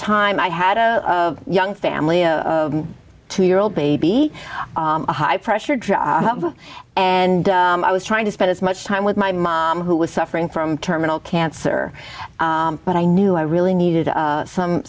time i had a young family two year old baby a high pressure job and i was trying to spend as much time with my mom who was suffering from terminal cancer but i knew i really needed some